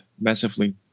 massively